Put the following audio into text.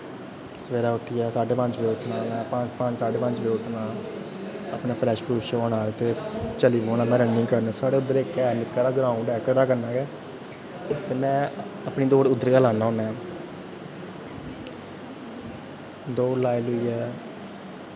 सवेरै उट्ठियै साड्डे पंज बजे उट्ठना होन्ना पंज साड्डे पंज बजे उट्ठना होन्ना अपने फ्रैश फ्रुश होना ते चली पौन्ना में रनिंग करन साढ़े इद्धर ऐ इक निक्का हारा ग्राउंड ऐ घरै कन्नै गै ते में अपनी दौड़ उद्धर गै लान्ना होन्ना ऐ दौड़ लाई लुइयै